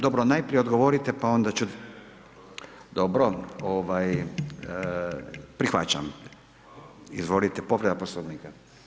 Dobro najprije odgovorite, pa onda ću, dobro, prihvaćam, izvolite povreda poslovnika.